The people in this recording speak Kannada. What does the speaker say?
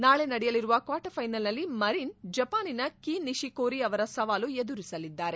ನಾಳೆ ನಡೆಯಲಿರುವ ಕ್ವಾರ್ಟರ್ ಫೈನಲ್ ನಲ್ಲಿ ಮರಿನ್ ಜಪಾನಿನ ಕೀ ನಿಶಿಕೋರಿ ಅವರ ಸವಾಲು ಎದುರಿಸಲಿದ್ದಾರೆ